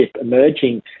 emerging